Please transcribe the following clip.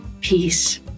peace